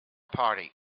party